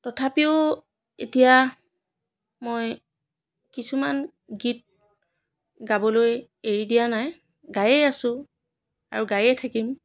তথাপিও এতিয়া মই কিছুমান গীত গাবলৈ এৰি দিয়া নাই গায়েই আছো আৰু গায়েই থাকিম